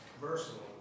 versatile